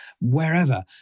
wherever